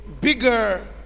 bigger